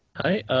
hi,